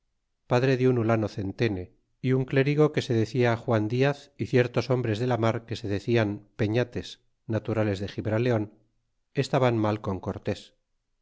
padre de un hulano centene y un clérigo que se decia juan diaz y ciertos hombres de la mar que se decían pebates naturales de gibraleon estaban mal con cortés